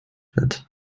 wird